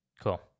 Cool